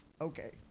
okay